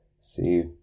see